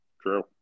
True